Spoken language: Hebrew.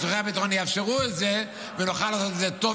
שצורכי הביטחון יאפשרו את זה ונוכל לעשות את זה טוב,